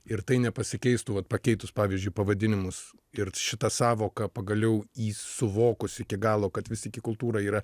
ir tai nepasikeistų vat pakeitus pavyzdžiui pavadinimus ir šitą sąvoką pagaliau į suvokus iki galo kad vis tik į kultūrą yra